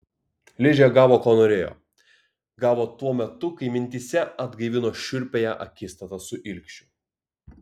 ližė gavo ko norėjo gavo tuo metu kai mintyse atgaivino šiurpiąją akistatą su ilgšiu